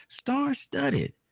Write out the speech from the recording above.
Star-studded